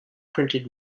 printed